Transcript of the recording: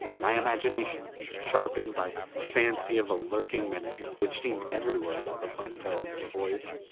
my imagination, sharpened by fancy of a lurking menace which seemed everywhere about the planetara this voyage,